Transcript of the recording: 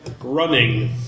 running